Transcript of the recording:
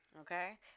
Okay